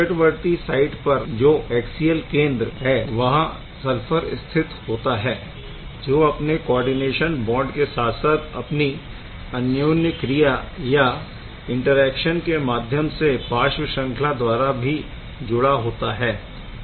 निकटवर्ती साइट पर जो ऐक्सियल केंद्र है वहाँ सल्फर स्थित होता है जो अपने कोऔर्डीनेशन बॉन्ड के साथ साथ अपनी अन्योन्यक्रिया या ईंटरैक्शन के माध्यम से पार्श्व श्रंखला द्वारा भी जुड़ा होता है